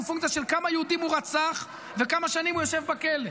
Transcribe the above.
הוא פונקציה של כמה יהודים הוא רצח וכמה שנים הוא יושב בכלא.